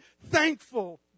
thankful